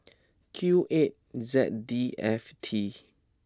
Q eight Z D F T